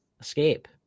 Escape